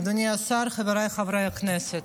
אדוני השר, חבריי חברי הכנסת,